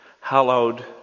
Hallowed